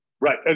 Right